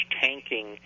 tanking